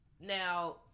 Now